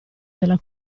della